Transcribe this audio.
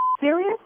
serious